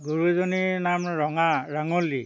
গৰুজনীৰ নাম ৰঙা ৰাঙলী